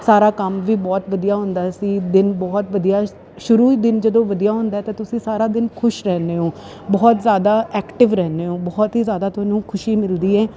ਸਾਰਾ ਕੰਮ ਵੀ ਬਹੁਤ ਵਧੀਆ ਹੁੰਦਾ ਸੀ ਦਿਨ ਬਹੁਤ ਵਧੀਆ ਸ਼ੁਰੂ ਹੀ ਦਿਨ ਜਦੋਂ ਵਧੀਆ ਹੁੰਦਾ ਤਾਂ ਤੁਸੀਂ ਸਾਰਾ ਦਿਨ ਖੁਸ਼ ਰਹਿੰਦੇ ਹੋ ਬਹੁਤ ਜ਼ਿਆਦਾ ਐਕਟਿਵ ਰਹਿੰਦੇ ਹੋ ਬਹੁਤ ਹੀ ਜ਼ਿਆਦਾ ਤੁਹਾਨੂੰ ਖੁਸ਼ੀ ਮਿਲਦੀ ਹੈ